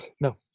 No